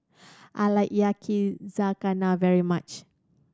I like Yakizakana very much